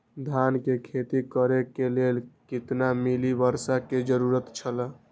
धान के खेती करे के लेल कितना मिली वर्षा के जरूरत छला?